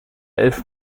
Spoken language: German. elf